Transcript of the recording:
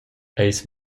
eis